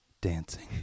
Dancing